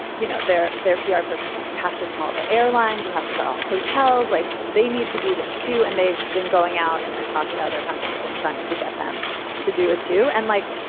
you know, they're their pr person, like, you have to call the airlines, you have to go hotels. like they need to do this, too. and they've been going out and like talking to other companies and trying to get them to do it, too. and like,